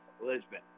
Lisbon